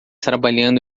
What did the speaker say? trabalhando